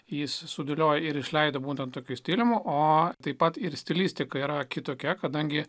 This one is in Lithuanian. jis sudėliojo ir išleido būtent tokius tyrimo o taip pat ir stilistika yra kitokia kadangi